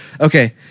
Okay